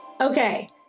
Okay